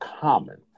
common